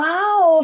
Wow